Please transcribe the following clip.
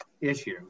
issue